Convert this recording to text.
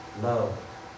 Love